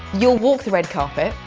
you'll walk the red carpet.